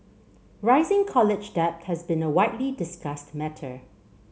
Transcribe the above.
rising college debt has been a widely discussed matter